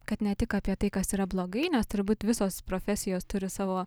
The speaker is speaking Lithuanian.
kad ne tik apie tai kas yra blogai nes turbūt visos profesijos turi savo